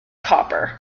copper